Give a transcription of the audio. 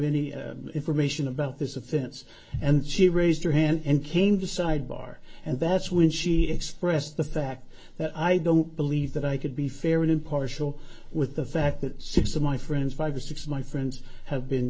any information about this offense and she raised her hand and came to sidebar and that's when she expressed the fact that i don't believe that i could be fair and impartial with the fact that six of my friends five or six of my friends have been